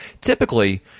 Typically